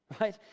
Right